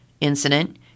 incident